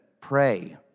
pray